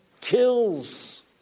kills